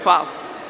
Hvala.